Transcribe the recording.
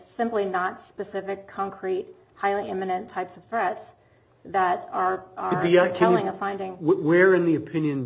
simply not specific concrete highly eminent types of threats that are telling of finding where in the opinion